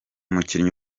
umukinnyi